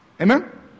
Amen